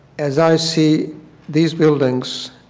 as i see these buildings,